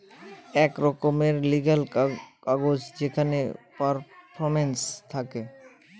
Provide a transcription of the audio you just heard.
এক রকমের লিগ্যাল কাগজ যেখানে পারফরম্যান্স থাকে